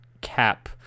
cap